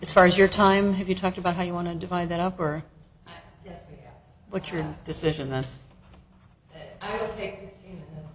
as far as your time have you talked about how you want to divide that up or what your decision th